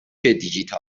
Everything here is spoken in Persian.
دیجیتال